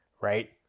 right